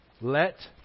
let